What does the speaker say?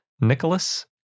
Nicholas